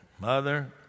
Mother